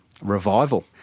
revival